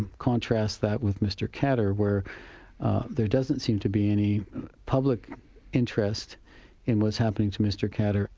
contrast that with mr khadr, where there doesn't seem to be any public interest in what's happening to mr khadr.